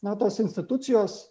na tos institucijos